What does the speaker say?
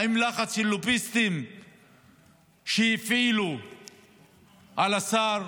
האם לחץ של לוביסטים שהפעילו על השר?